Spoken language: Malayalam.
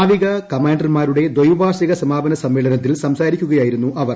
നാവിക കമാന്റർമാരുടെ ദൈവാർഷിക സമാപന സമ്മേളനത്തിൽ സംസാരിക്കുകയായിരുന്നു അവർ